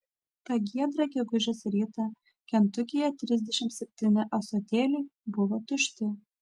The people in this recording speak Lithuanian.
tą giedrą gegužės rytą kentukyje trisdešimt septyni ąsotėliai buvo tušti